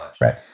right